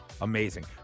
Amazing